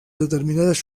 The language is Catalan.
determinades